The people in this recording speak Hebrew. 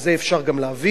ואת זה אפשר גם להבין,